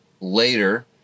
later